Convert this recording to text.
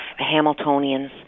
Hamiltonians